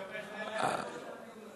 הוא מתכוון שתהיה נכד שלו.